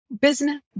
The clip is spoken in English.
business